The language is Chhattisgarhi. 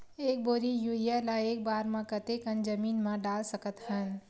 एक बोरी यूरिया ल एक बार म कते कन जमीन म डाल सकत हन?